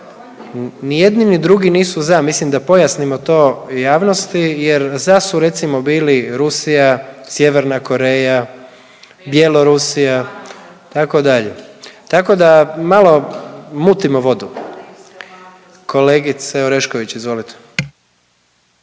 Ni jedni ni drugi nisu za. Mislim da pojasnimo to javnosti jer za su recimo bili Rusija, Sjeverna Koreja, Bjelorusija itd. Tako da malo mutimo vodu. Kolegice Orešković izvolite.